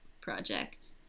project